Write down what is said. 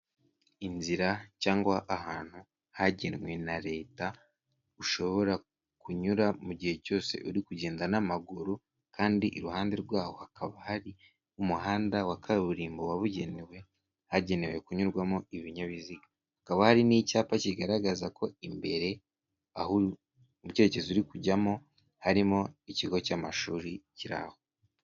Inzira cyangwa ahantu hagenwe na leta, ushobora kunyura mu gihe cyose uri kugenda n'amaguru, kandi iruhande rwaho hakaba hari' umuhanda wa kaburimbo wabugenewe, hagenewe kunyurwamo ibinyabiziga. Hakaba hari n'icyapa kigaragaza ko imbere aho mu kerekezo uri kujyamo, harimo ikigo cy'amashuri kiri aho.